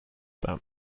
them